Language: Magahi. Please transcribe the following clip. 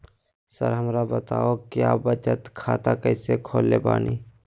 सर हमरा बताओ क्या बचत खाता कैसे खोले बानी?